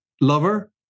Lover